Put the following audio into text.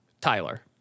tyler